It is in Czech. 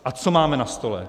A co máme na stole?